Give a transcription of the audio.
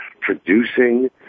producing